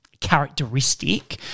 characteristic